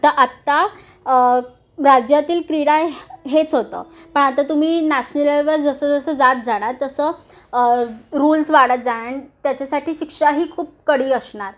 त आत्ता राज्यातील क्रीडा हे हेच होतं पण आता तुम्ही नॅशनल लेवलवर जसं जसं जात जाणार तसं रूल्स वाढत जाणार आणि त्याच्यासाठी शिक्षाही खूप कडी असणार